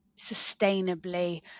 sustainably